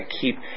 keep